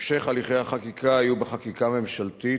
המשך הליכי החקיקה יהיו בחקיקה ממשלתית